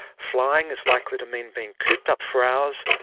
flying is likely to mean being cooped up for hours,